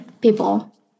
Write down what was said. people